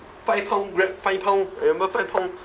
five pound five pound eh remember five pound